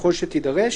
ככל שתידרש.